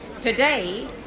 Today